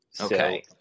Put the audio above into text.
Okay